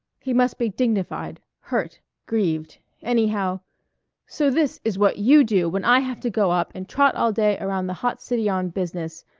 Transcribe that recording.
he must be dignified, hurt, grieved. anyhow so this is what you do when i have to go up and trot all day around the hot city on business.